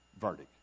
verdict